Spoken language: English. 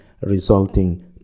resulting